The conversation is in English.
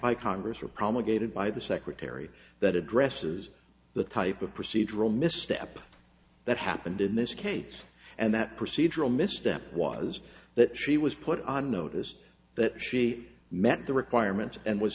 by congress or promulgated by the secretary that addresses the type of procedural misstep that happened in this case and that procedural misstep was that she was put on notice that she met the requirements and was